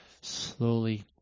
slowly